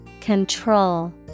Control